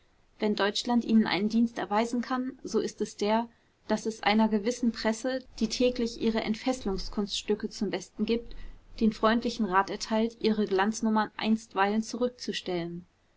wenn deutschland ihnen einen dienst erweisen kann so ist es der daß es einer gewissen presse die täglich ihre entfesselungskunststücke zum besten gibt den freundlichen rat erteilt ihre glanznummern einstweilen zurückzustellen